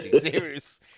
serious